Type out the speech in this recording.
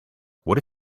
what